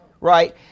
Right